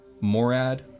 Morad